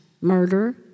murder